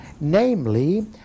Namely